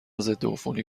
ضدعفونی